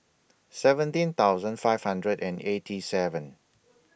seventeen thousand five hundred and eighty seven